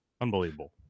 Unbelievable